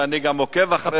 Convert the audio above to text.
ואני גם עוקב אחריכם,